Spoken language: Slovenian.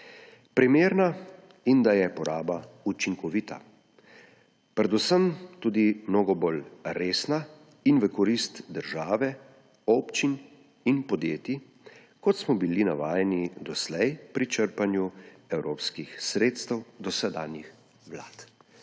primerna in da je poraba učinkovita, predvsem tudi mnogo bolj resna in v korist države, občin in podjetij, kot smo bili navajeni doslej pri črpanju evropskih sredstev dosedanjih vlad.